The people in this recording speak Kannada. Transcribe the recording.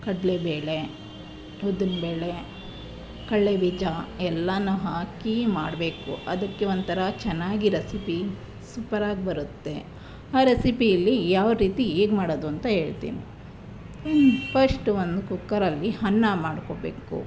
ಕಡಲೇಬೇಳೆ ಉದ್ದಿನಬೇಳೆ ಕಡ್ಲೆಬೀಜ ಎಲ್ಲನೂ ಹಾಕಿ ಮಾಡಬೇಕು ಅದಕ್ಕೆ ಒಂಥರ ಚೆನ್ನಾಗಿ ರೆಸಿಪಿ ಸೂಪರಾಗಿ ಬರುತ್ತೆ ಆ ರೆಸಿಪಿಯಲ್ಲಿ ಯಾವ ರೀತಿ ಹೇಗೆ ಮಾಡೋದು ಅಂತ ಹೇಳ್ತಿನಿ ಈ ಫಶ್ಟ್ ಒಂದು ಕುಕ್ಕರಲ್ಲಿ ಅನ್ನ ಮಾಡ್ಕೊಬೇಕು